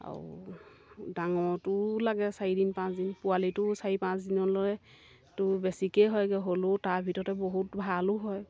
আৰু ডাঙৰটো লাগে চাৰিদিন পাঁচদিন পোৱালিটো চাৰি পাঁচদিনলৈতো বেছিকৈয়ে হয়গৈ হ'লেও তাৰ ভিতৰতে বহুত ভালো হয়